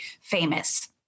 famous